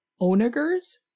onagers